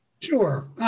Sure